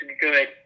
good